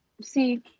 See